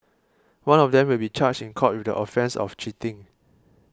one of them will be charged in court with the offence of cheating